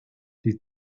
die